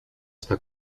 está